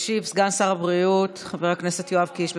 ישיב סגן שר הבריאות חבר הכנסת יואב קיש.